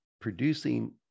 producing